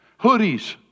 Hoodies